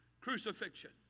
crucifixion